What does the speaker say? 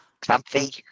comfy